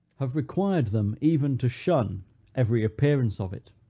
have required them even to shun every appearance of it.